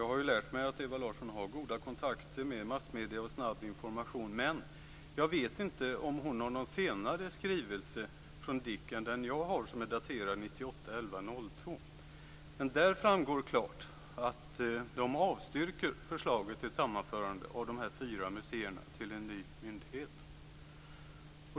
Jag har lärt mig att Ewa Larsson har goda kontakter med massmedierna och snabb information. Jag vet inte om hon har någon senare skrivelse från DIK än den som jag har, som är daterad den 2 november Av skrivelsen framgår klart att man avstyrker förslaget till sammanförande av de fyra museerna till en ny myndighet.